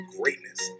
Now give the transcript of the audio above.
greatness